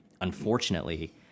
unfortunately